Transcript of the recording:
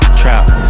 trap